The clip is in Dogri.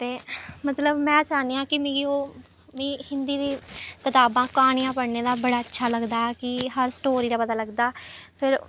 में मतलब में चाह्न्नी आं कि मिगी ओह् मी हिंदी दी कताबां क्हानियां पढ़ने दा बड़ा अच्छा लगदा ऐ कि हर स्टोरी दा पता लगदा फिर